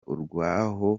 urwaho